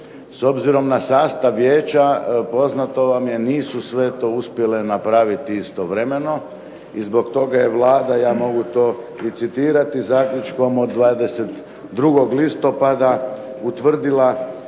S obzirom na sastav vijeća poznato vam je nisu sve to uspjele napraviti istovremeno i zbog toga je Vlada, ja mogu citirati to zaključkom od 22. listopada utvrdila